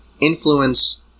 influence